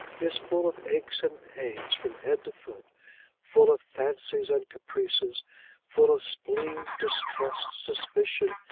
is full of aches and pains from head to foot full of fancies and caprices full of spleen, distrust, suspicion,